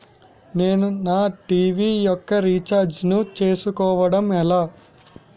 నేను నా టీ.వీ యెక్క రీఛార్జ్ ను చేసుకోవడం ఎలా?